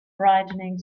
frightening